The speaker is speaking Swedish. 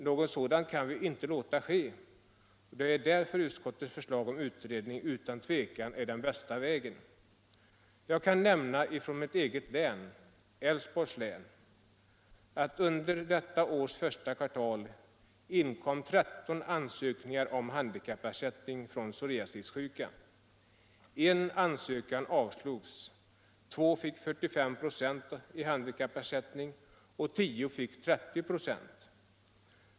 Något sådant kan vi väl inte låta ske. Det är därför utskottets förslag om utredning utan tvekan är den bästa vägen. Jag kan från mitt eget län — Älvsborgs län — nämna att under detta års första kvartal inkom 13 ansökningar om handikappersättning från psoriasissjuka. En ansökan avslogs, två fick 45 96 i handikappersättning och tio fick 30 96.